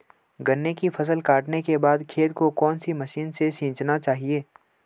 गन्ने की फसल काटने के बाद खेत को कौन सी मशीन से सींचना चाहिये?